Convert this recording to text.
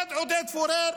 שעומד עודד פורר,